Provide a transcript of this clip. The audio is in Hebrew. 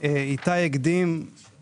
שפגע בגב של הלקוחות, בטענה שזה מקדם את התחרות.